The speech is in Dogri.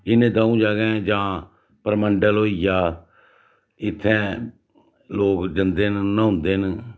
इ'नें दो जगहें जां परमंडल होई गेआ इत्थें लोक जंदे न न्हौंदे न